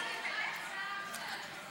חוק ומשפט בעניין הכרזה על מצב חירום נתקבלה.